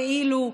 כאילו,